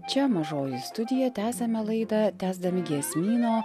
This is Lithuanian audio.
čia mažoji studija tęsiame laidą tęsdami giesmyno